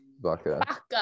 Baka